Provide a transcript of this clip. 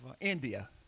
India